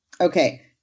Okay